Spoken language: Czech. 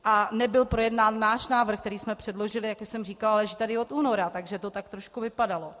A nebyl projednán náš návrh, který jsme předložili, jak už jsem říkala, leží tady od února, takže to tak trošku vypadalo.